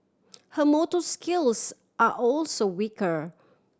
her motor skills are also weaker